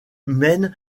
maine